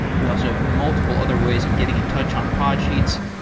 we also have multiple other ways of getting in touch on podsheets.